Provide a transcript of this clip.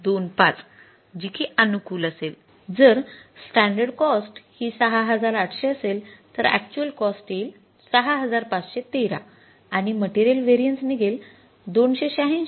जर standard cost हि ६८०० असेल तर अक्चुअल कॉस्ट येईल ६५१३ आणि मटेरियल व्हेरिएन्स निघेल २८६